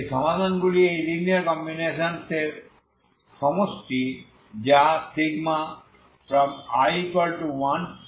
যদি এই সমাধানগুলি এই লিনিয়ার কম্বিনেশনস এর সমষ্টি যা i1nCiuixt